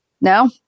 No